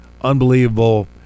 unbelievable